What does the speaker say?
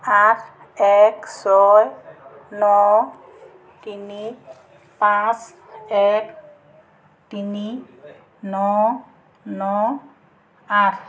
আঠ এক ছয় ন তিনি পাঁচ এক তিনি ন ন আঠ